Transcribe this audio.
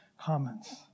comments